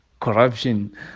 corruption